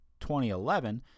2011